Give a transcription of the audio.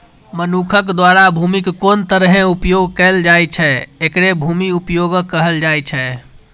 मनुक्ख द्वारा भूमिक कोन तरहें उपयोग कैल जाइ छै, एकरे भूमि उपयोगक कहल जाइ छै